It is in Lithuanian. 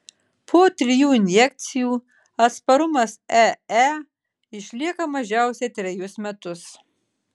po trijų injekcijų atsparumas ee išlieka mažiausiai trejus metus